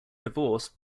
divorced